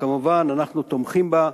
שכמובן אנחנו תומכים בה,